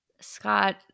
Scott